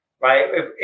right